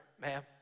ma'am